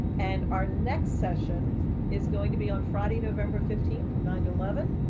and our next session is going to be on friday, november fifteen, from nine to eleven.